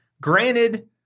Granted